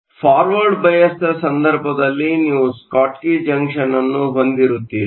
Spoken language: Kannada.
ಆದ್ದರಿಂದ ಫಾರ್ವರ್ಡ್ ಬಯಾಸ್ದ ಸಂದರ್ಭದಲ್ಲಿ ನೀವು ಸ್ಕಾಟ್ಕಿ ಜಂಕ್ಷನ್ ಅನ್ನು ಹೊಂದಿರುತ್ತೀರಿ